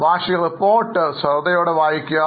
വാർഷിക റിപ്പോർട്ട് ശ്രദ്ധാപൂർവ്വം വായിക്കുക